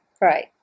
right